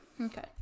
Okay